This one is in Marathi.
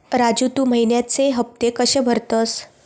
राजू, तू महिन्याचे हफ्ते कशे भरतंस?